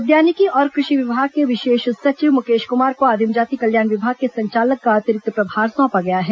उद्यानिकी और कृषि विभाग के विशेष सचिव मुकेश कुमार को आदिम जाति कल्याण विभाग के संचालक का अतिरिक्त प्रभार सौंपा गया है